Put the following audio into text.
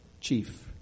chief